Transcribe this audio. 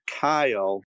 Kyle